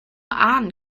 ahnen